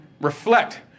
Reflect